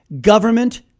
Government